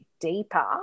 deeper